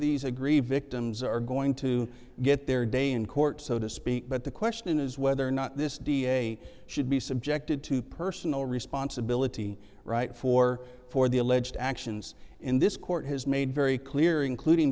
these agree victims are going to get their day in court so to speak but the question is whether or not this da should be subjected to personal responsibility right for for the alleged actions in this court has made very clear including